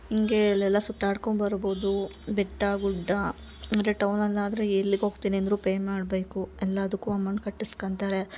ಹಿಂಗೇ ಅಲ್ಲೆಲ್ಲ ಸುತ್ತಾಡ್ಕೊಂಬರ್ಬೊದು ಬೆಟ್ಟ ಗುಡ್ಡ ಮತ್ತು ಟೌನಲ್ಲಿ ಆದರೆ ಎಲ್ಲಿಗೆ ಹೋಗ್ತೀನಿ ಅಂದರೂ ಪೇ ಮಾಡಬೇಕು ಎಲ್ಲಾದುಕ್ಕು ಅಮೌಂಟ್ ಕಟ್ಟಸ್ಕಂತಾರೆ